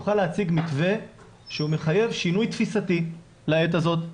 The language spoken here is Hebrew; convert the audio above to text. נוכל להציג מתווה שהוא מחייב שינוי תפיסתי לעת הזאת.